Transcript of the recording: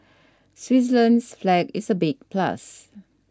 Switzerland's flag is a big plus